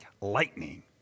lightning